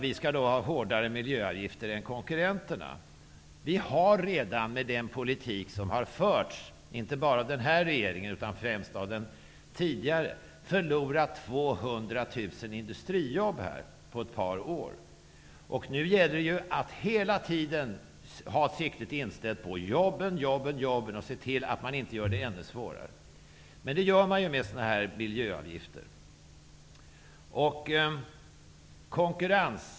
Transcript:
Vi skall därför ha hårdare miljöavgifter än konkurrenterna. Vi har redan, med den politik som har förts, inte bara av den här regeringen utan främst av den tidigare, förlorat 200 000 industrijobb i Sverige på ett par år. Nu gäller det att hela tiden ha siktet inställt på jobben och se till att man inte gör det ännu svårare. Men det gör man med sådana miljöavgifter.